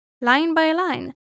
line-by-line